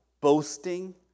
Boasting